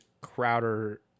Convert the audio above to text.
Crowder